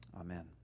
Amen